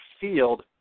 field